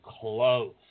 close